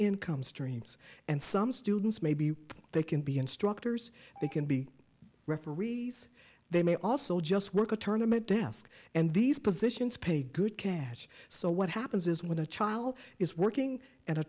income streams and some students may be they can be instructors they can be referees they may also just work a turn i'm a desk and these positions pay good catch so what happens is when a child is working at a